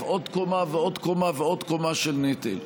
עוד קומה ועוד קומה ועוד קומה של נטל.